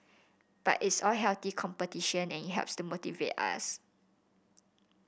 but it's all healthy competition and it helps to motivate us